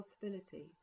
possibility